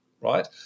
right